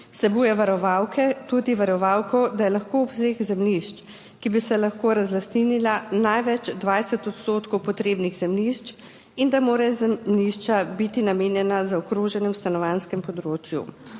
Vsebuje varovalke, tudi varovalko, da je lahko obseg zemljišč, ki bi se lahko razlastninila največ 20 odstotkov potrebnih zemljišč in da morajo zemljišča biti namenjena zaokroženem stanovanjskem območju.